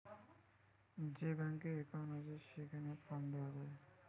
যে ব্যাংকে একউন্ট আছে, সেইখানে ফান্ড দেওয়া যায়